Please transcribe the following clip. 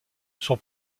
son